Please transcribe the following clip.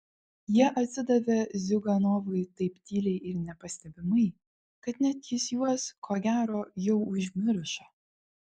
jie atsidavė ziuganovui taip tyliai ir nepastebimai kad net jis juos ko gero jau užmiršo